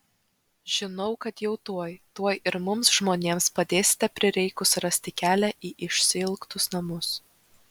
žinau kad jau tuoj tuoj ir mums žmonėms padėsite prireikus rasti kelią į išsiilgtus namus